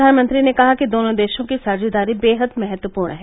प्रधानमंत्री ने कहा कि दोनों देशों की साझेदारी बेहद महत्वपूर्ण है